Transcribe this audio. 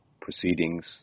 proceedings